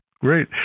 Great